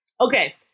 Okay